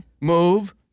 move